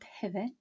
pivot